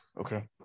okay